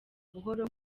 buhoro